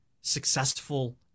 successful